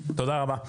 תודה רבה.